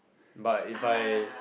but if I